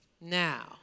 now